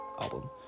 album